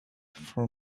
for